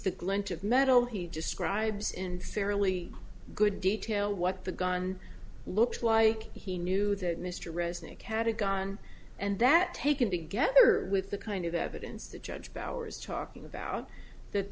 the glint of metal he just scribes and fairly good detail what the gun looks like he knew that mr resnick had a gun and that taken together with the kind of evidence the judge bowers talking about that